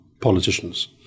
politicians